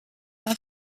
pas